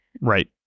Right